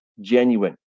genuine